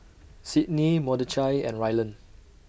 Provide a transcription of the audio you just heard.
Sydney Mordechai and Rylan